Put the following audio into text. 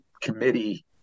committee